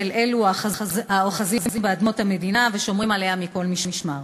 אלו האוחזים באדמות המדינה ושומרים עליה מכל משמר.